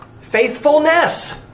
faithfulness